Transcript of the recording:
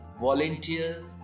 volunteer